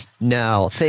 No